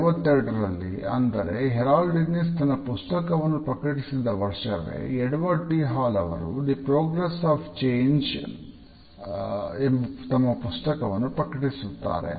1952 ರಲ್ಲಿ ಅಂದರೆ Harold Innis ಎಂಬ ತಮ್ಮ ಪುಸ್ತಕವನ್ನು ಪ್ರಕಟಿಸುತ್ತಾರೆ